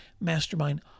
mastermind